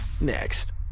next